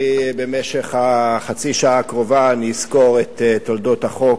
במשך חצי השעה הקרובה אסקור את תולדות החוק.